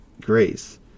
grace